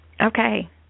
Okay